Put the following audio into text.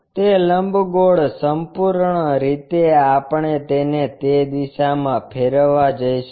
તે લંબગોળ સંપૂર્ણ રીતે આપણે તેને તે દિશામાં ફેરવવા જઈશું